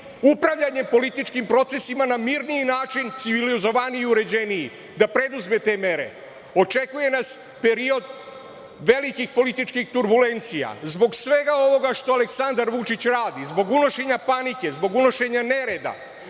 upravljanjem političkim procesima na mirniji način, civilizovaniji, uređeniji, da preduzme te mere. Očekuje nas period velikih političkih turbulencija, zbog svega ovoga što Aleksandar Vučić radi, zbog unošenja panike, zbog unošenja nereda,